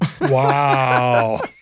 Wow